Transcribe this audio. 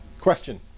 question